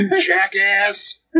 Jackass